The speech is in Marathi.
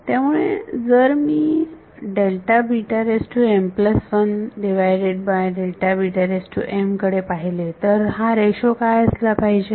त्यामुळे जर मी कडे पाहिले तर हा रेशो काय असले पाहिजे